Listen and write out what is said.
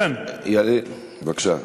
ילין, בבקשה.